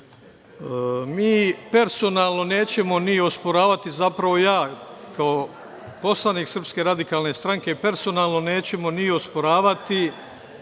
personalno nećemo ni osporavati, zapravo ja, kao poslanik Srpske radikalne stranke, personalno nećemo osporavati,